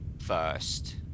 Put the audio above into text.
first